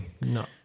No